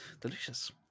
delicious